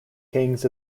kings